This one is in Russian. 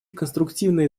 конструктивные